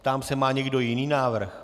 Ptám se: má někdo jiný návrh?